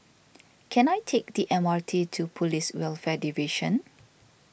can I take the M R T to Police Welfare Division